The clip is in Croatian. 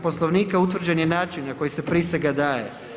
Poslovnika utvrđen je način na koji se prisega daje.